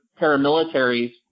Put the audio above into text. paramilitaries